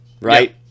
Right